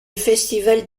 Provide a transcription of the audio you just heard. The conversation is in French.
festival